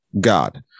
god